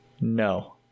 No